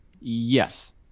Yes